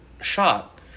shot